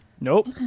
Nope